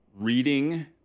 reading